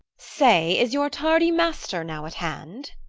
say, is your tardy master now at hand?